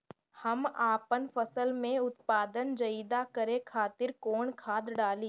हम आपन फसल में उत्पादन ज्यदा करे खातिर कौन खाद डाली?